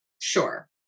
Sure